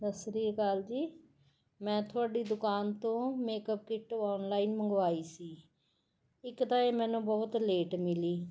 ਸਤਿ ਸ਼੍ਰੀ ਅਕਾਲ ਜੀ ਮੈਂ ਤੁਹਾਡੀ ਦੁਕਾਨ ਤੋਂ ਮੇਕਅਪ ਕਿੱਟ ਔਨਲਾਈਨ ਮੰਗਵਾਈ ਸੀ ਇੱਕ ਤਾਂ ਇਹ ਮੈਨੂੰ ਬਹੁਤ ਲੇਟ ਮਿਲੀ